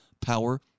power